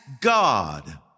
God